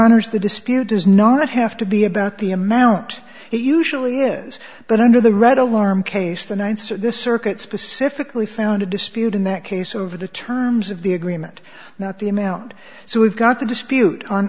honour's the dispute does not have to be about the amount he usually is but under the red alarm case the ninth so this circuit specifically found a dispute in that case over the terms of the agreement not the amount so we've got the dispute on